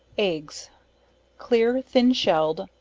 eggs clear, thin shell'd,